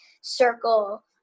circle